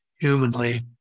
humanly